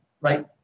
right